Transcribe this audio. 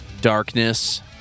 darkness